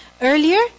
Earlier